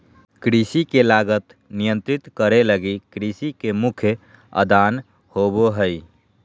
कृषि के लागत नियंत्रित करे लगी कृषि के मुख्य आदान होबो हइ